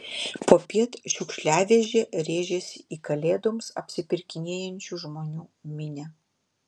popiet šiukšliavežė rėžėsi į kalėdoms apsipirkinėjančių žmonių minią